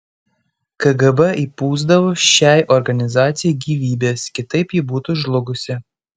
kgb įpūsdavo šiai organizacijai gyvybės kitaip ji būtų žlugusi